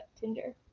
Tinder